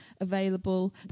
available